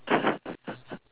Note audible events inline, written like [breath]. [breath]